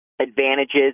advantages